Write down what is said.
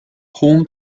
home